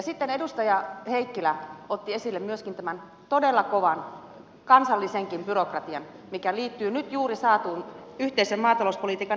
sitten edustaja heikkilä otti myöskin esille tämän todella kovan kansallisenkin byrokratian mikä liittyy nyt juuri saatuun yhteisen maatalouspolitiikan ratkaisuun